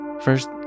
First